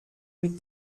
mit